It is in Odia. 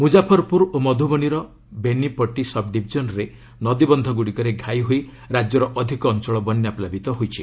ମୁଜାଫର୍ପୁର ଓ ମଧୁବନୀର ବେନିପଟି ସବ୍ଡିଭିଜିନ୍ରେ ନଦବନ୍ଧଗୁଡ଼ିକରେ ଘାଇ ହୋଇ ରାଜ୍ୟର ଅଧିକ ଅଞ୍ଚଳ ବନ୍ୟାପ୍ଲାବିତ ହୋଇଛି